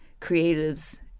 creatives